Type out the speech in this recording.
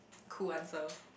cool answer